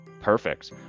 Perfect